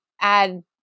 add